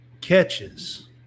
catches